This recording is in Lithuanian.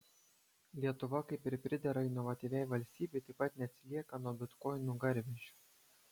lietuva kaip ir pridera inovatyviai valstybei taip pat neatsilieka nuo bitkoinų garvežio